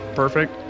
perfect